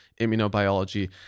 immunobiology